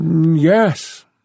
Yes